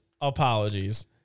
Apologies